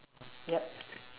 yup